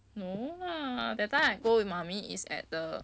no lah that time I go with mummy it's at the